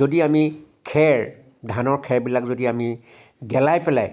যদি আমি খেৰ ধানৰ খেৰবিলাক যদি আমি গেলাই পেলাই